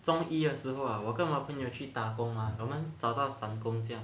中一的时候 lah 我跟我朋友去打工 mah 我们找到散工这样